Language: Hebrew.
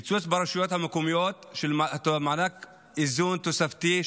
קיצוץ ברשויות המקומיות של מענק איזון תוספתי,